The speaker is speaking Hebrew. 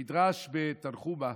המדרש בתנחומא,